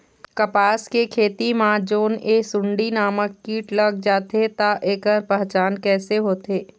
कपास के खेती मा जोन ये सुंडी नामक कीट लग जाथे ता ऐकर पहचान कैसे होथे?